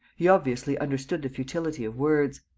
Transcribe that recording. he obviously understood the futility of words.